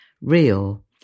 real